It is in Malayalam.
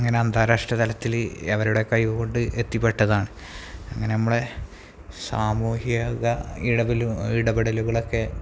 അങ്ങനെ അന്താരാഷ്ട്ര തലത്തിൽ അവരുടെ കഴിവുകൊണ്ട് എത്തിപ്പെട്ടതാണ് അങ്ങനെ നമ്മളുടെ സാമൂഹിക ഇടപെലു ഇടപെടലുകളൊക്കെ